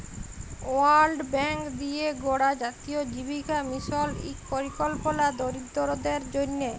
world bank দিঁয়ে গড়া জাতীয় জীবিকা মিশল ইক পরিকল্পলা দরিদ্দরদের জ্যনহে